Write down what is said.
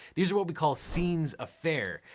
these are what we call scenes a faire,